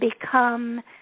become